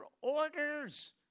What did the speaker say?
orders